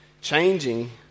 Changing